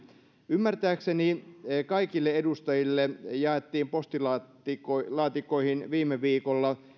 ymmärtääkseni kaikille edustajille jaettiin postilaatikoihin viime viikolla